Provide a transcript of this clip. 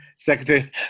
Secretary